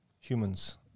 humans